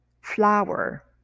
flower